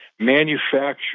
manufacture